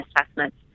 assessments